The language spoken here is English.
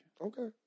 Okay